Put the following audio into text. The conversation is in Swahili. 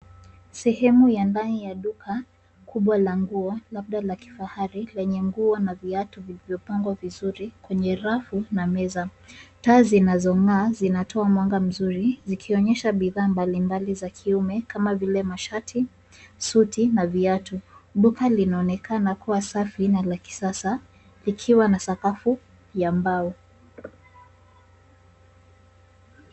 Sehemu ya ndani ya duka, kubwa la nguo, labda la kifahari, lenye nguo na viatu vilivyopangwa vizuri, kwenye rafu na meza. Taa zinazong'aa, zinatoa mwanga mzuri, zikionyesha bidhaa mbalimbali za kiume, kama vile mashati, suti na viatu. Duka linaoneka na kuwa safi na la kisasa, likiwa na sakafu ya mbao.